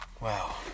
Wow